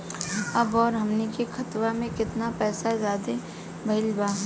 और अब हमनी के खतावा में कितना पैसा ज्यादा भईल बा?